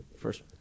first